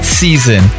season